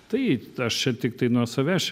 tai aš čia tiktai nuo savęs